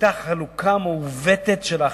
שהיתה חלוקה מעוותת של ההכנסות,